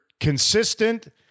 consistent